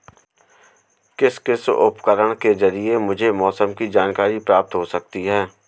किस किस उपकरण के ज़रिए मुझे मौसम की जानकारी प्राप्त हो सकती है?